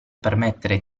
permettere